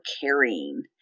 carrying